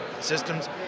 systems